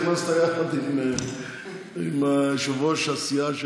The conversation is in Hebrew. נכנסת יחד עם יושב-ראש הסיעה של,